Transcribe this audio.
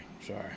sorry